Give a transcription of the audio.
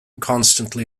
constantly